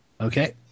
Okay